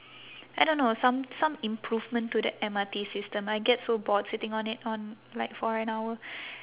I don't know some some improvement to the M_R_T system I get so bored sitting on it on like for an hour